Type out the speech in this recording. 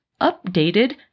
updated